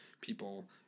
people